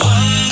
One